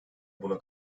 buna